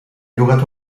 llogat